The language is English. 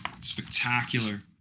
spectacular